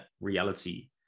reality